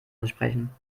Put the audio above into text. entsprechen